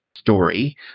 story